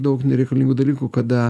daug nereikalingų dalykų kada